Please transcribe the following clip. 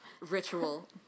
Ritual